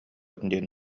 диэн